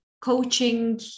coaching